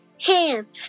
hands